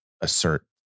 assert